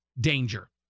danger